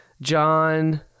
John